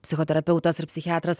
psichoterapeutas ir psichiatras